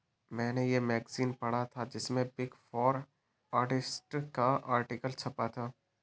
मेने ये मैगज़ीन पढ़ा था जिसमे बिग फॉर ऑडिटर्स का आर्टिकल छपा था